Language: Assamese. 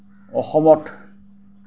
অসমত